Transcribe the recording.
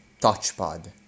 touchpad